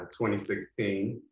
2016